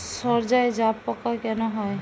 সর্ষায় জাবপোকা কেন হয়?